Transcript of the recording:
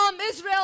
Israel